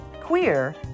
queer